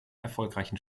erfolgreichen